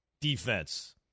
defense